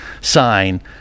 sign